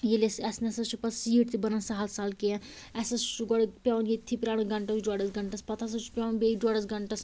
ییٚلہِ أسۍ اسہِ نَہ سا چھِ پتہٕ سیٖٹ تہِ بنن سہل سہل کیٚنٛہہ اسہِ ہا چھُ گۄڈٕ پیٚوان ییٚتھٕے پرٛارُن گھنٹس ڈۄڈس گھنٹس پتہٕ ہَسا چھُ پیٚوان بیٚیہِ ڈۄڈس گھنٹس